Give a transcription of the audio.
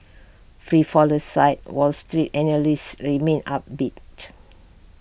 free fall aside wall street analysts remain upbeat